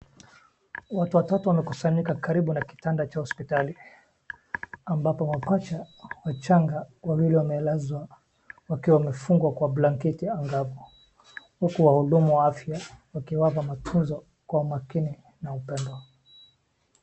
Watu watatu wamekusanyika karibu na kitanda ya hospitali, ambapo mapacha wawili wachanga wamelazwa wakiwa wamefungwa kwa blanketi. Huku wahudumu wa afya wakiwapa matunzo kwa umakini na upendo.